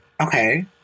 Okay